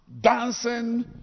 dancing